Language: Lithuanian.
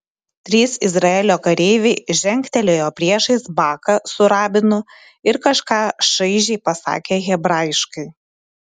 trys izraelio kareiviai žengtelėjo priešais baką su rabinu ir kažką šaižiai pasakė hebrajiškai